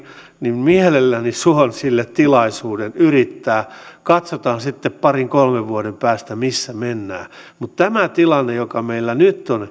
niin mielelläni suon sille tilaisuuden yrittää katsotaan sitten parin kolmen vuoden päästä missä mennään mutta tämä tilanne joka meillä nyt on